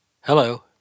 Hello